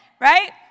right